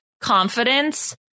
confidence